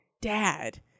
dad